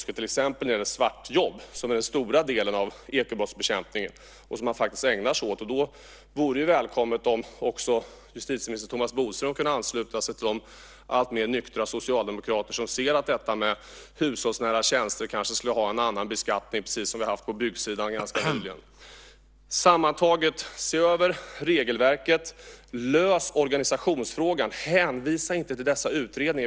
Det kan till exempel gälla svartjobb, som är den stora delen av ekobrottsbekämpningen och något som man faktiskt ägnar sig åt. Här vore det välkommet om också justitieminister Thomas Bodström kunde ansluta sig till de alltmer nyktra socialdemokrater som ser att hushållsnära tjänster kanske skulle ha en annan beskattning, precis som vi haft på byggsidan ganska nyligen. Sammantaget: Se över regelverket! Lös organisationsfrågan! Hänvisa inte till dessa utredningar!